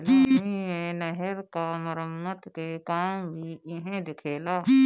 गर्मी मे नहर क मरम्मत के काम भी इहे देखेला